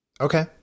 Okay